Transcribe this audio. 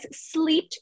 sleep